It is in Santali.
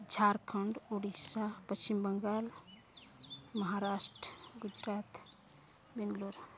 ᱡᱷᱟᱲᱠᱷᱚᱸᱰ ᱩᱲᱤᱥᱥᱟ ᱯᱚᱥᱪᱤᱢ ᱵᱟᱝᱜᱟᱞ ᱢᱚᱦᱟᱨᱟᱥᱴᱨᱚ ᱜᱩᱡᱽᱨᱟᱴ ᱵᱮᱝᱜᱟᱞᱳᱨ